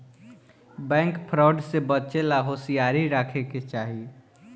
bank fraud से बचे ला होसियारी राखे के चाही